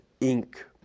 ink